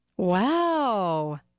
Wow